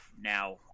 now